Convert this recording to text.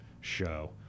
show